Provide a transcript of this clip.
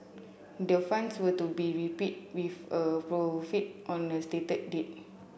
the funds were to be repeat with a profit on a stated date